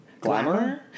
glamour